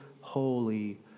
holy